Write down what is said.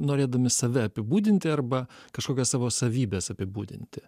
norėdami save apibūdinti arba kažkokias savo savybes apibūdinti